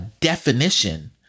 definition